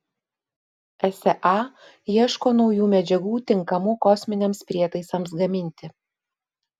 esa ieško naujų medžiagų tinkamų kosminiams prietaisams gaminti